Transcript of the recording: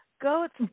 goats